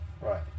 Right